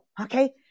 Okay